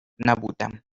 نبودم